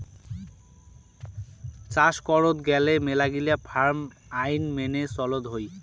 চাস করত গেলে মেলাগিলা ফার্ম আইন মেনে চলত হই